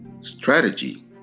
Strategy